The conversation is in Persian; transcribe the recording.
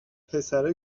پسره